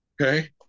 okay